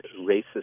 racist